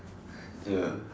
ya